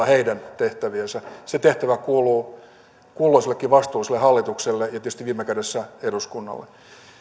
heidän tehtäviensä ulkopuolella se tehtävä kuuluu kulloisellekin vastuulliselle hallitukselle ja tietysti viime kädessä eduskunnalle